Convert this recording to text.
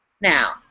Now